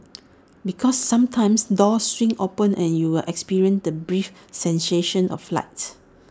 because sometimes doors swing open and you'll experience the brief sensation of flight